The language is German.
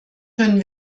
können